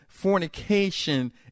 fornication